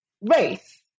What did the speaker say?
race